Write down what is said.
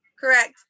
Correct